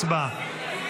הצבעה.